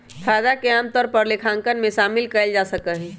फायदा के आमतौर पर लेखांकन में शामिल कइल जा सका हई